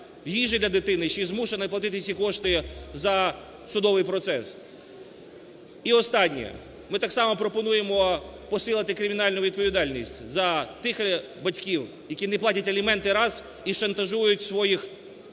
їжі для дитини ще і змушена платити ці кошти за судовий процес. І останнє. Ми так само пропонуємо посилити кримінальну відповідальність за тих батьків, які не платять аліменти – раз, і шантажують своїх дітей